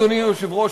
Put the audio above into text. אדוני היושב-ראש,